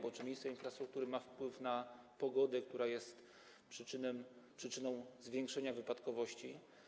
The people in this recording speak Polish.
Bo czy minister infrastruktury ma wpływ na pogodę, która jest przyczyną zwiększenia wypadkowości?